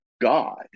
God